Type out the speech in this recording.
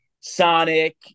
Sonic